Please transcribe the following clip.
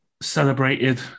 celebrated